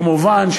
וכמובן,